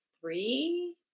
three